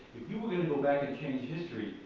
you were going to go back and change history,